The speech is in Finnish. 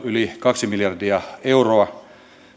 yli kaksi miljardia euroa